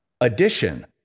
Addition